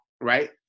right